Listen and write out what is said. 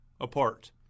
apart